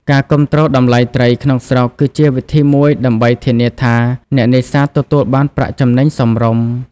ការគាំទ្រតម្លៃ ត្រីក្នុងស្រុកគឺជាវិធីមួយដើម្បីធានាថាអ្នកនេសាទទទួលបានប្រាក់ចំណេញសមរម្យ។